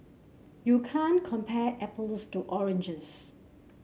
you can't compare apples to oranges